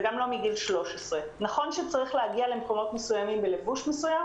וגם לא מגיל 13. נכון שצריך להגיע למקומות מסוימים בלבוש מסוים